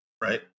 right